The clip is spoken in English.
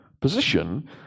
position